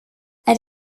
elle